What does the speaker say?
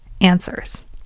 answers